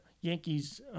Yankees